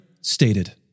stated